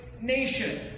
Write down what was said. nation